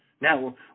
now